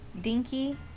Dinky